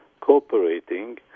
cooperating